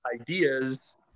ideas